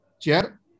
chair